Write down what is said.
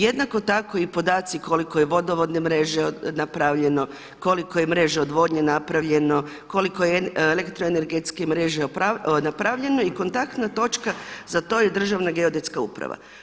Jednako tako i podaci koliko je vodovodne mreže napravljeno, koliko je mreža odvodnje napravljeno, koliko je elektroenergetske mreže napravljeno i kontaktna točka za to je Državna geodetska uprava.